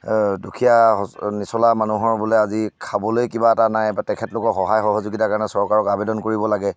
দুখীয়া সচ নিছলা মানুহৰ বোলে আজি খাবলৈ কিবা এটা নাই বা তেখেতলোকৰ সহায় সহযোগিতাৰ কাৰণে চৰকাৰক আবেদন কৰিব লাগে